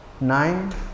nine